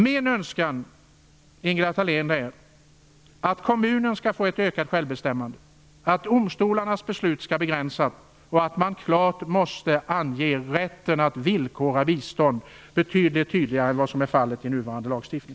Min önskan, Ingela Thalén, är att kommunen skall få ett ökat självbestämmande, att domstolarnas inflytande i det här sammanhanget skall begränsas och att rätten att villkora bistånd anges betydligt tydligare än vad som är fallet i nuvarande lagstiftning.